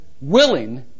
willing